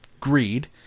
greed